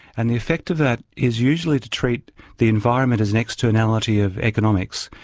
and the effect of that is usually to treat the environment as an externality of economics,